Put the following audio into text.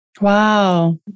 Wow